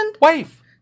Wife